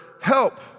help